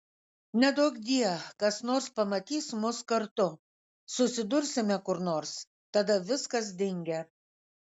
neduokdie kas nors pamatys mus kartu susidursime kur nors tada viskas dingę